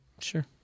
sure